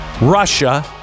Russia